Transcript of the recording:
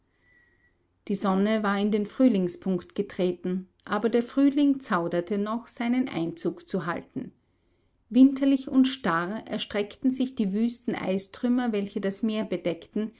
die sonne war in den frühlingspunkt getreten aber der frühling zauderte noch seinen einzug zu halten winterlich und starr erstreckten sich die wüsten eistrümmer welche das meer bedeckten